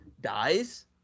dies